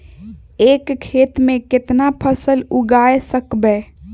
एक खेत मे केतना फसल उगाय सकबै?